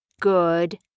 good